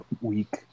week